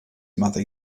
mother